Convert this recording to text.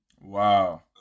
wow